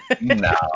No